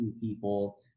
people